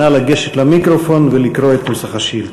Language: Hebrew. נא לגשת למיקרופון ולקרוא את נוסח השאילתה.